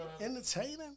entertaining